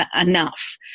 enough